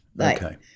Okay